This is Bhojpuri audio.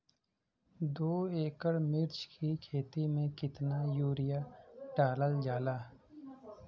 दो एकड़ मिर्च की खेती में कितना यूरिया डालल जाला?